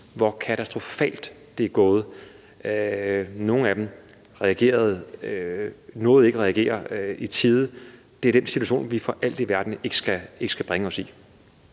hvor katastrofalt det er gået – nogle af dem nåede ikke at reagere i tide – ser man den situation, vi for alt i verden ikke skal bringe os i.